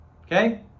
Okay